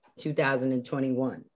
2021